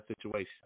situation